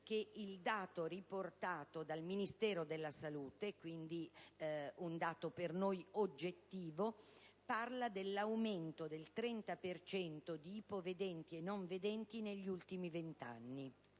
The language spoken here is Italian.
il dato riportato dal Ministero della salute - quindi, un dato per noi oggettivo - parla di un aumento del 30 per cento di ipovedenti e non vedenti negli ultimi 20 anni,